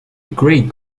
great